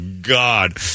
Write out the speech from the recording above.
God